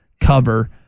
cover